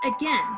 again